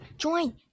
Join